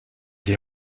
les